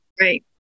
Right